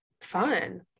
fun